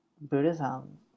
Buddhism